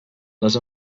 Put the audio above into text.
les